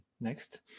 next